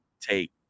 take